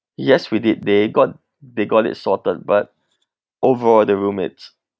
yes we did they got they got it sorted but overall the room it's